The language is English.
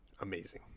Amazing